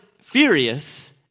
furious